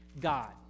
God